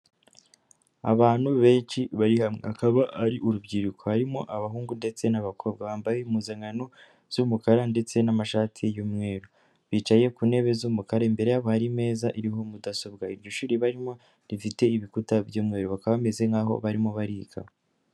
Abantu benshi bari hamwe bakaba ari urubyiruko. Harimo abahungu ndetse n'abakobwa. Bambaye impuzankano z'umukara ndetse n'amashati y'umweru. Bicaye ku ntebe z'umukara, imbere yabo hari meza iriho mudasobwa. Iryo shuri barimo rifite ibikuta by'umweru, bakaba bameze nk'aho barimo bariga.